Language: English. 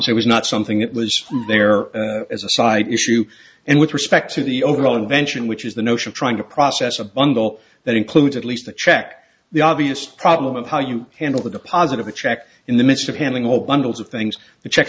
prosecution it was not something that was there as a side issue and with respect to the overall invention which is the notion of trying to process a bundle that includes at least a check the obvious problem of how you handle the deposit of a check in the midst of handing over bundles of things the check